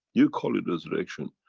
you call it resurrection,